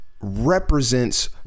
represents